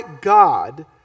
God